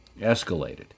escalated